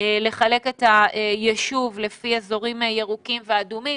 לחלק את הישוב לפי אזורים ירוקים ואדומים.